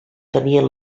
tenien